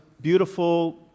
beautiful